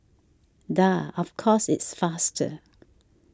duh of course it's faster